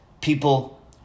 people